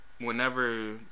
whenever